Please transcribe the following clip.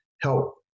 help